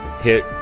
hit